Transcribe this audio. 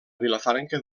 vilafranca